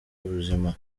ubuzima